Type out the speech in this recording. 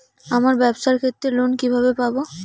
আমার ব্যবসার ক্ষেত্রে লোন কিভাবে পাব?